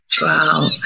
Wow